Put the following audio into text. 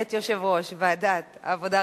את יושב-ראש ועדת העבודה,